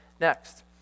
next